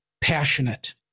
passionate